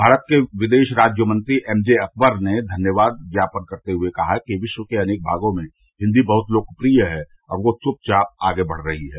भारत के विदेश राज्यमंत्री एमजे अकबर ने धन्यवाद ज्ञापन करतेहुए कहा कि विश्व के अनेक भागों में हिन्दी बहुत लोकप्रिय है और वह चुपचाप आगे बढ़ रही है